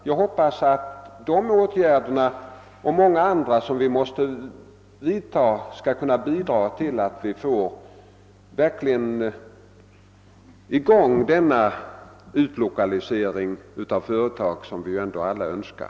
Jag hoppas att dessa åtgärder — och många andra som vi måste vidtaga — skall kunna bidraga till att vi verkligen får i gång den utlokalisering av företag som ändå alla önskar.